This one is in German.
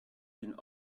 den